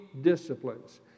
disciplines